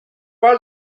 was